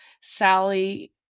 Sally